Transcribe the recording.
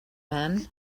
man